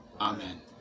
Amen